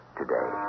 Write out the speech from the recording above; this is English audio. today